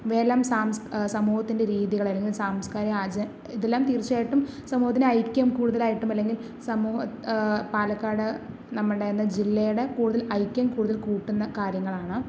ഇവയെല്ലാം സമൂഹത്തിൻ്റെ രീതികള് അല്ലെങ്കിൽ സാംസ്കാരിക ആചാര ഇതെല്ലാം തീർച്ചയായിട്ടും സമൂഹത്തിൻ്റെ ഐക്യം കൂടുതലായിട്ടും അല്ലെങ്കിൽ സമൂഹ പാലക്കാട് നമ്മുടെ എന്ന ജില്ലയുടെ കൂടുതൽ ഐക്യം കൂടുതൽ കൂട്ടുന്ന കാര്യങ്ങളാണ്